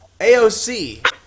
AOC